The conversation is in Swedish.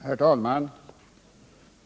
Herr talman!